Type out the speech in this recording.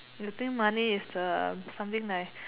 you think money is the something like